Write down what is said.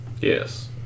Yes